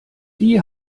die